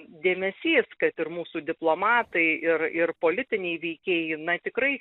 dėmesys kad ir mūsų diplomatai ir ir politiniai veikėjai na tikrai